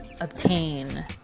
obtain